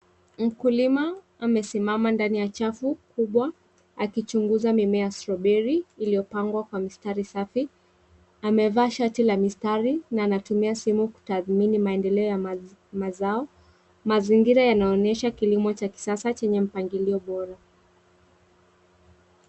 Mkulima amesimama ndani ya chafu kubwa akichunguza mimmea strawberry iliyopangwa kwa mstari safi amevaa shati la mstari na anatumia simu kutadhmini mazao. Mazingira yanaonyesha kilimo cha kisasa chenye mpangilio bora.